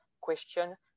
question